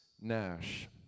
Nash